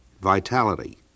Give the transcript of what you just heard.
vitality